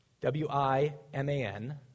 W-I-M-A-N